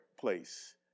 place